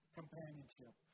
companionship